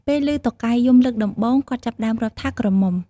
ពេលឮតុកែយំលើកដំបូង គាត់ចាប់ផ្ដើមរាប់ថា "ក្រមុំ" ។